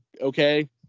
okay